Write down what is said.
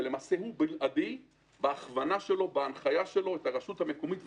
ולמעשה הוא בלעדי בהכוונה שלו ובהנחיה שלו את הרשות המקומית,